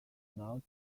not